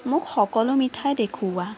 মোক সকলো মিঠাই দেখুওৱা